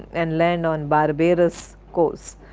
and land on barbarous coasts.